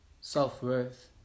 self-worth